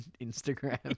Instagram